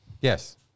Yes